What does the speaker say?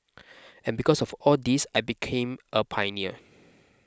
and because of all this I became a pioneer